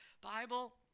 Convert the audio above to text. Bible